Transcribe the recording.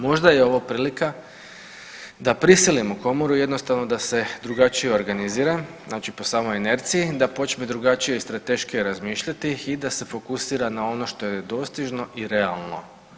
Možda je ovo prilika da prisilimo komoru jednostavno, da se drugačije organizira, znači po samoj inerciji, da počne drugačije i strateškije razmišljati i da se fokusira na ono što je dostižno i realno.